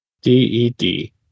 D-E-D